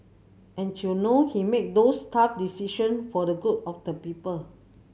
and you know he made those tough decision for the good of the people